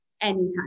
anytime